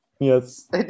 Yes